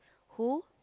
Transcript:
who